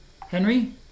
Henry